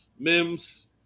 Mims